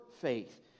faith